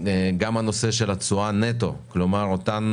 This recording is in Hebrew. גם הנושא של התשואה נטו, כלומר אותן